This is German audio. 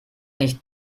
nicht